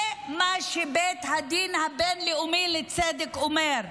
זה מה שבית הדין הבין-לאומי לצדק אומר.